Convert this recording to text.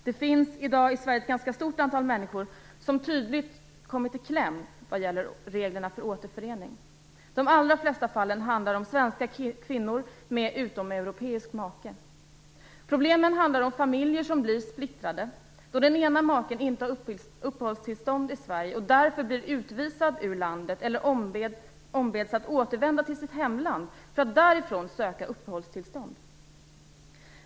Det finns i dag i Sverige ett ganska stort antal människor som tydligt kommit i kläm vad gäller reglerna för återförening. De allra flesta fallen handlar om svenska kvinnor med utomeuropeisk make. Problemen handlar om familjer som blir splittrade då den ena maken inte har uppehållstillstånd i Sverige och därför blir utvisad ur landet eller ombeds att återvända till sitt hemland för att därifrån söka uppehållstillstånd.